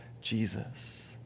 Jesus